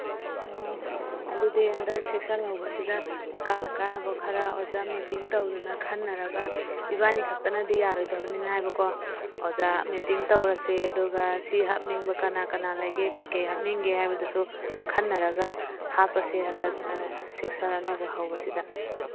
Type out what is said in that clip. ꯑꯣ ꯑꯗꯨꯗꯤ ꯍꯟꯗꯛ ꯁꯦꯁꯟ ꯍꯧꯕꯁꯤꯗ ꯀꯥꯟꯅ ꯀꯥꯟꯅꯕ ꯈꯔ ꯑꯣꯖꯥ ꯃꯤꯇꯤꯡ ꯇꯧꯗꯅ ꯈꯟꯅꯔꯒ ꯏꯕꯥꯅꯤꯈꯛꯇꯅꯗꯤ ꯌꯥꯔꯣꯏꯗꯕꯅꯤꯅ ꯍꯥꯏꯕꯀꯣ ꯑꯣꯖꯥ ꯃꯤꯇꯤꯡ ꯇꯧꯔꯁꯤ ꯑꯗꯨꯒ ꯁꯤ ꯍꯥꯞꯅꯤꯡꯕ ꯀꯅꯥ ꯀꯅꯥ ꯂꯩꯒꯦ ꯀꯔꯤ ꯀꯔꯤ ꯍꯥꯞꯅꯤꯡꯒꯦ ꯍꯥꯏꯕꯗꯨꯁꯨ ꯈꯟꯅꯔꯒ ꯍꯥꯞꯄꯁꯦ ꯍꯟꯗꯛ ꯁꯦꯁꯟ ꯑꯅꯧꯕ ꯍꯧꯕꯁꯤꯗ